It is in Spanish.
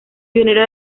pionero